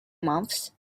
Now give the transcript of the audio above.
months